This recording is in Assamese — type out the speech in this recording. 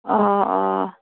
অঁ অঁ